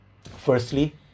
Firstly